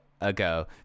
ago